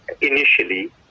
initially